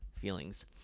Feelings